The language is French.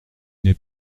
n’es